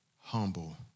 humble